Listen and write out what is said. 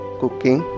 cooking